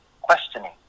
questioning